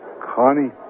Connie